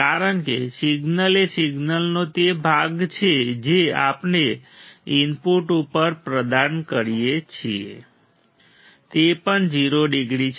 કારણ કે સિગ્નલ એ સિગ્નલનો તે ભાગ છે કે જે આપણે ઇનપુટ ઉપર પાછા પ્રદાન કરીએ છીએ તે પણ 0 ડિગ્રી છે